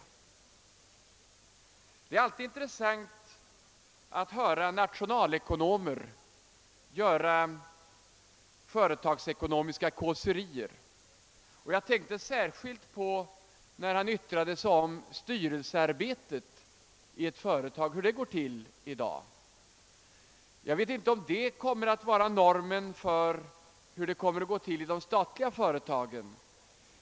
Det är emellertid alltid intressant att höra nationalekonomer göra företagsekonomiska kåserier. Jag tänkte särskilt på detta när statsrådet Wickman uttalade sig om hur styrelsearbetet i ett företag går till i dag. Jag vet inte om detta kommer att vara normen för hur det skall gå till i de statliga företagen.